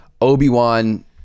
Obi-Wan